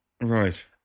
Right